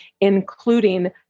including